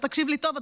אז תקשיב לי טוב,